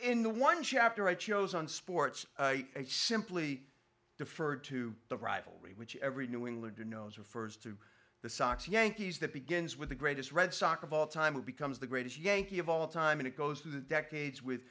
in the one chapter i chose on sports simply deferred to the rivalry which every new england who knows refers to the sox yankees that begins with the greatest red sox of all time who becomes the greatest yankee of all time and it goes through the decades with